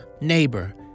neighbor